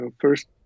first